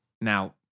Now